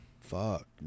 fuck